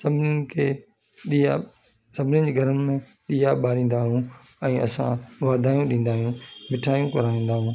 सभनीनि खे ॾीया सभनीनि जे घर में ॾीया ॿारींदा आहियूं ऐं असां वाधायूं ॾींदा आहियूं मिठायूं खाराईंदा आहियूं